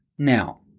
Now